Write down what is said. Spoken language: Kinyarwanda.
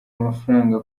amafaranga